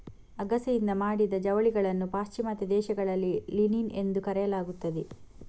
ಅಗಸೆಯಿಂದ ಮಾಡಿದ ಜವಳಿಗಳನ್ನು ಪಾಶ್ಚಿಮಾತ್ಯ ದೇಶಗಳಲ್ಲಿ ಲಿನಿನ್ ಎಂದು ಕರೆಯಲಾಗುತ್ತದೆ